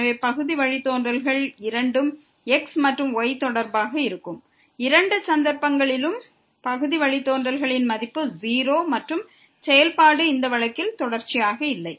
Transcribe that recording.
எனவே பகுதி வழித்தோன்றல்கள் இரண்டும் x மற்றும் y தொடர்பாக இருக்கும் இரண்டு சந்தர்ப்பங்களிலும் பகுதி வழித்தோன்றல்களின் மதிப்பு 0 மற்றும் செயல்பாடு இந்த வழக்கில் தொடர்ச்சியாக இல்லை